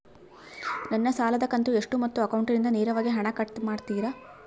ನನ್ನ ಸಾಲದ ಕಂತು ಎಷ್ಟು ಮತ್ತು ಅಕೌಂಟಿಂದ ನೇರವಾಗಿ ಹಣ ಕಟ್ ಮಾಡ್ತಿರಾ?